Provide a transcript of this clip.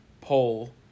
poll